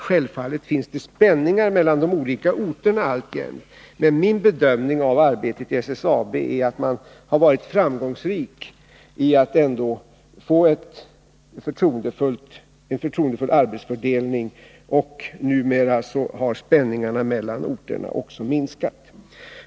Självfallet finns det alltjämt spänningar mellan de olika orterna, men min bedömning av arbetet inom SSAB är att man ändå har varit framgångsrik när det gäller att få till stånd en förtroendefull arbetsfördelning. Numera har också spänningarna mellan orterna minskat.